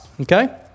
okay